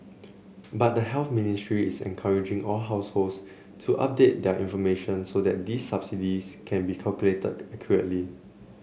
but the Health Ministry is encouraging all households to update their information so that these subsidies can be calculated accurately